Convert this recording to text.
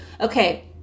okay